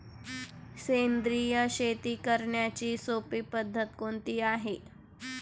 सेंद्रिय शेती करण्याची सोपी पद्धत कोणती आहे का?